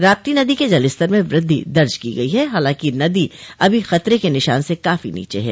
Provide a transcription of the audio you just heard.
राप्ती नदी के जल स्तर में वृद्धि दर्ज की गयी है हालांकि नदी अभी खतरे के निशान से काफी नीचे हैं